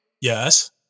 Yes